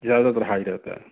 زیادہ تر ہائی رہتا ہے